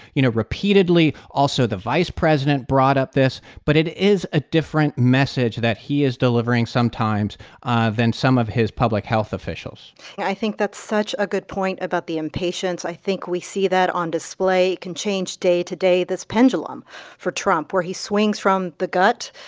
you know, repeatedly. also, the vice president brought up this. but it is a different message that he is delivering sometimes ah than some of his public health officials i think that's such a good point about the impatience. i think we see that on display. it can change day to day, this pendulum for trump where he swings from the gut.